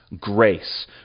grace